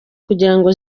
kugirango